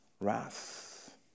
Wrath